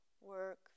work